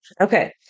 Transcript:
Okay